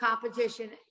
competition